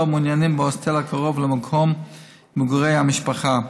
מעוניינים בהוסטל הקרוב למקום מגורי המשפחה.